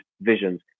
visions